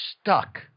stuck